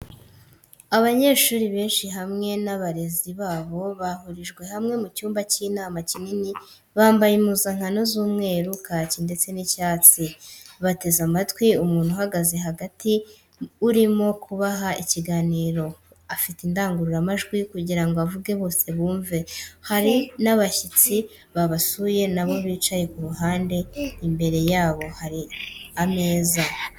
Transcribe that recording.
Abanyeshuri benshi hamwe n'abarezi babo bahurijwe hamwe mu cyumba cy'inama kinini bambaye impuzankano z'umweru, kaki ndetse n'icyatsi bateze amatwi umuntu uhagazemo hagati urimo kubaha ikiganiro afite indangururamajwi kugirango avuge bose bumve , hari abashyitsi babasuye nabo bicaye ku ruhande imbere yabo hari ameza.